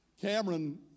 Cameron